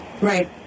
Right